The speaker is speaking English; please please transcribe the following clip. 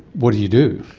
what do you do?